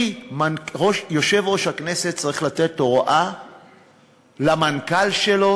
כי יושב-ראש הכנסת צריך לתת הוראה למנכ"ל שלו